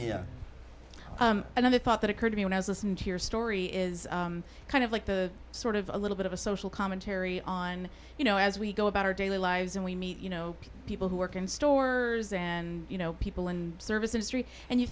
i thought that occurred to me when i was listening to your story is kind of like the sort of a little bit of a social commentary on you know as we go about our daily lives and we meet you know people who work in stores and you know people in service industry and you